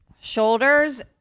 Shoulders